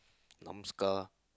numb scar